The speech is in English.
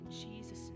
Jesus